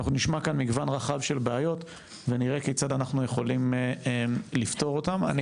אנחנו נשמע כאן מגוון רחב של בעיות ונראה כיצד אנחנו יכולים לפתור אותם.